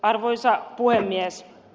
arvoisa puhemies